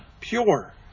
pure